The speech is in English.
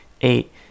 eight